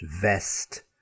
Vest